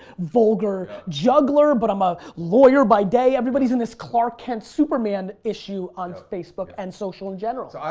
vulgar, juggler but i'm a lawyer by day. everybody's in this clark kent superman issue on facebook and social in general.